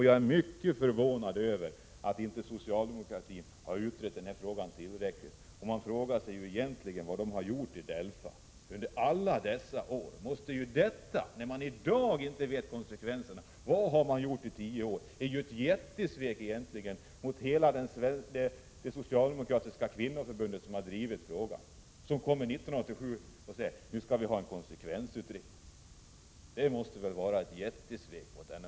Jag är mycket förvånad över att inte socialdemokraterna har utrett den här frågan tillräckligt, och jag frågar mig vad man egentligen har gjort i DELFA under alla dessa år, när man i dag inte vet konsekvenserna. Vad har man gjort i tio år? Att nu, 1987, komma och säga att det skall göras en konsekvensutredning, är att svika det socialdemokratiska kvinnoförbundet, som har drivit frågan. Det måste vara ett oerhört svek mot den opinion som finns.